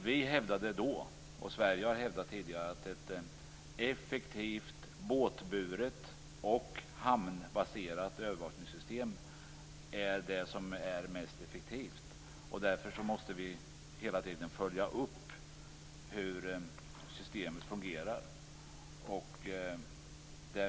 Vi hävdade då, och Sverige har hävdat tidigare, att ett effektivt båtburet och hamnbaserat övervakningssystem är mest effektivt. Därför måste vi hela tiden följa upp hur systemet fungerar.